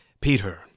Peter